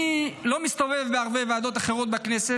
אני לא מסתובב בהרבה ועדות אחרות בכנסת.